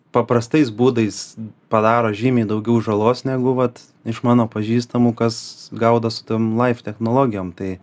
paprastais būdais padaro žymiai daugiau žalos negu vat iš mano pažįstamų kas gaudo su tom laif technologijom tai